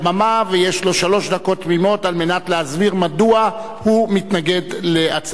ויש לו שלוש דקות תמימות כדי להסביר מדוע הוא מתנגד להצעת החוק.